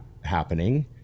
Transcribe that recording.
happening